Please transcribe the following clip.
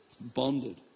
bonded